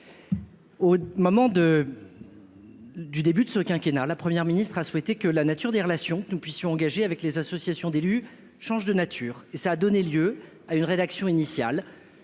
Au moment de du début de ce quinquennat la première ministre a souhaité que la nature des relations que nous puissions engager avec les associations d'élus changent de nature, ça a donné lieu à une rédaction initiale,